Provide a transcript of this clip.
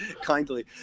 kindly